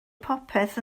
popeth